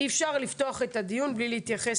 אי אפשר לפתוח את הדיון בלי להתייחס